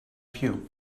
view